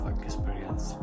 experience